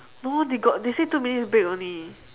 no they got they say two minutes break only